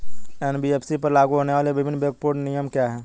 NBFC पर लागू होने वाले विभिन्न विवेकपूर्ण नियम क्या हैं?